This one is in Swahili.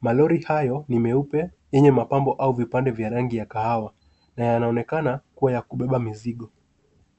Malori hayo ni meupe yenye mapambo au vipande vya rangi ya kahawa na yanaonekana kuwa ya kubeba mizigo.